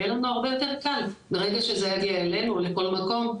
יהיה לנו הרבה יותר קל ברגע שזה יגיע אלינו או לכל מקום.